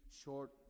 short